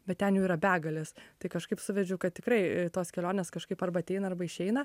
bet ten jų yra begalės tai kažkaip suvedžiau kad tikrai tos kelionės kažkaip arba ateina arba išeina